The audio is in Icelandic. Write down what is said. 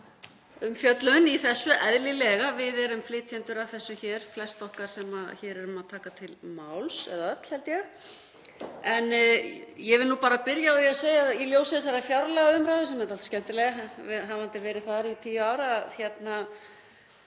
í þessu, eðlilega. Við erum flytjendur að þessu hér, flest okkar sem hér erum að taka til máls, eða öll, held ég. En ég verð nú bara að byrja á að segja, í ljósi þessarar fjárlagaumræðu, sem er dálítið skemmtileg, hafandi verið þar í tíu ár, að